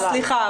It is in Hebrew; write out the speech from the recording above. אז סליחה.